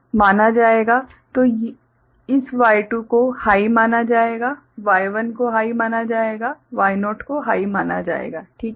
तो इस Y2 को हाइ माना जाएगा Y1 को हाइ माना जाएगा Y0 को हाइ माना जाएगा ठीक है